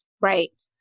Right